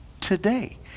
today